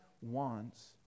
wants